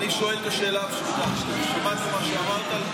אני שואל את השאלה הפשוטה: שמעתי את מה שאמרת,